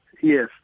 yes